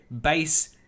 base